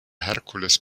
herkules